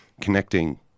connecting